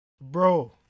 Bro